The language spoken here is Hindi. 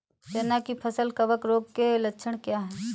चना की फसल कवक रोग के लक्षण क्या है?